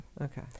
okay